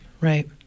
Right